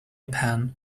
pen